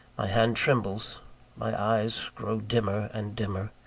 my hand trembles my eyes grow dimmer and dimmer.